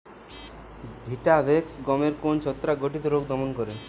Vitavax গমের কোন ছত্রাক ঘটিত রোগ দমন করে?